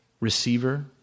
receiver